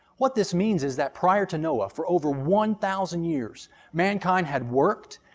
what this means, is that prior to noah for over one thousand years mankind had worked,